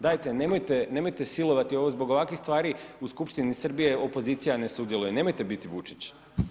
Dajte, nemojte silovati ovo zbog ovakvih stvari u skupštini Srbije, opozicija ne sudjeluje, nemojte biti Vučić.